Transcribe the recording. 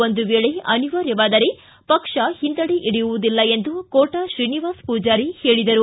ಒಂದು ವೇಳೆ ಅನಿವಾರ್ಯವಾದರೆ ಪಕ್ಷ ಹಿಂದಡಿ ಇಡುವುದಿಲ್ಲ ಎಂದು ಕೋಟಾ ಶ್ರೀನಿವಾಸ್ ಮೂಜಾರಿ ಹೇಳಿದರು